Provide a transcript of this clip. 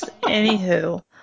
Anywho